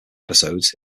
episodes